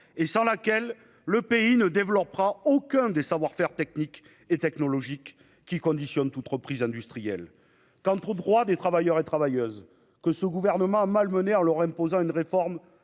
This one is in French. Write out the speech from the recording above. Or, sans formation, notre pays ne développera aucun des savoir-faire techniques et technologiques qui conditionnent toute reprise industrielle. Quant aux travailleurs et aux travailleuses, que ce gouvernement a malmenés en leur imposant une réforme